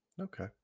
Okay